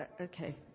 Okay